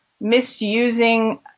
misusing